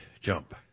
jump